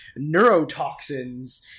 neurotoxins